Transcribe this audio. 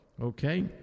okay